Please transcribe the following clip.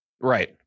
Right